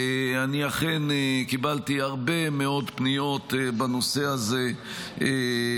אני אכן קיבלתי הרבה מאוד פניות בנושא הזה מעצמאים,